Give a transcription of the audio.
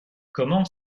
comment